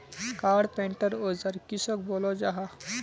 Carpenter औजार किसोक बोलो जाहा?